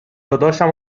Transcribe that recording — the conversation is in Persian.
داداشم